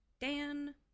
Dan